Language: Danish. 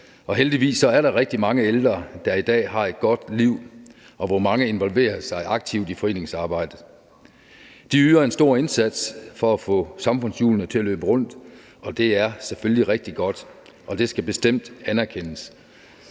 Heldigvis er der rigtig mange ældre, der i dag har et godt liv, og mange involverer sig aktivt i foreningsarbejdet. De yder en stor indsats for at få samfundshjulene til at løbe rundt, og det er selvfølgelig rigtig godt, og det skal bestemt anerkendes.